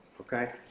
Okay